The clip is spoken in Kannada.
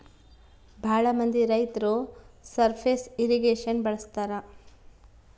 ಭಾಳ ಮಂದಿ ರೈತರು ಸರ್ಫೇಸ್ ಇರ್ರಿಗೇಷನ್ ಬಳಸ್ತರ